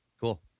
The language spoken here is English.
Cool